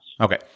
Okay